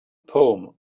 poem